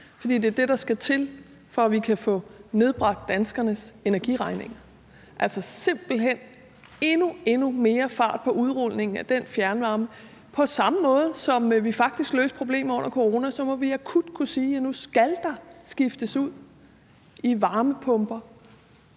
fordi det er det, der skal til, for at vi kan få nedbragt danskernes energiregninger. Vi skal altså simpelt hen have endnu, endnu mere fart på udrulningen af fjernvarme. På samme måde, som vi faktisk løste problemer under corona, må vi akut kunne sige: Nu skal der skiftes til varmepumper,